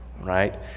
right